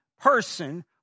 person